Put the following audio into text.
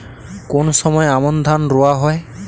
কোন সময় আমন ধান রোয়া হয়?